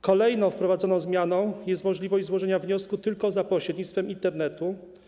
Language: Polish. Kolejną wprowadzoną zmianą jest możliwość złożenia wniosku tylko za pośrednictwem Internetu.